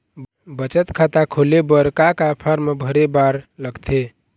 बचत खाता खोले बर का का फॉर्म भरे बार लगथे?